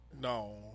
No